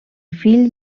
fill